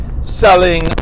selling